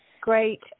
great